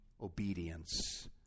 obedience